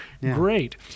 Great